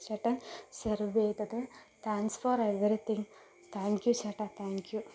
ചേട്ടൻ സെർവ് ചെയ്തത് thanks for everything thank you ചേട്ടാ താങ്ക്യൂ